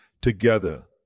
Together